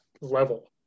level